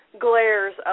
Glares